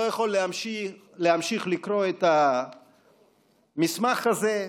לא יכול להמשיך לקרוא את המסמך הזה.